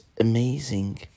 amazing